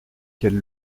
quelle